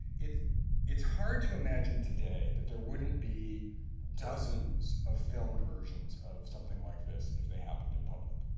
it's it's hard to imagine today that there wouldn't be dozens of filmed versions of something like this if they happened in public.